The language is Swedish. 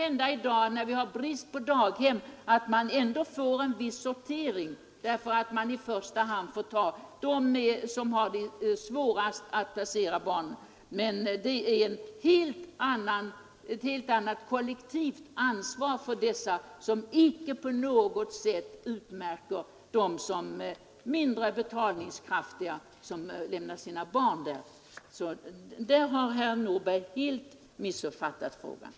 I dag när vi har brist på daghem kan det hända att det ändå blir en viss sortering därför att man i första hand får hjälpa dem som har svårast att placera barnen. Men detta är uttryck för det kollektiva ansvaret och märker icke på något sätt dem som lämnar sina barn där som mindre betalningskraftiga. Så herr Nordberg har helt missuppfattat frågorna.